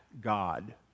God